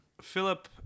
Philip